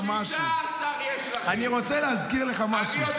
16. כשאני מסתכל עליך אני גאה.